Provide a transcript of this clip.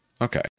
Okay